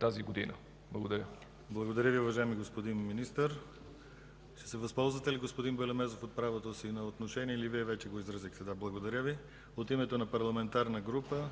ГЛАВЧЕВ: Благодаря Ви, уважаеми господин Министър. Ще се възползвате ли, господин Белемезов, от правото си на отношение или Вие вече го изразихте? Да, благодаря Ви. От името на парламентарна група има думата